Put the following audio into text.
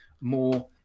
more